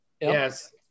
Yes